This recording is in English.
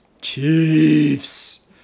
Chiefs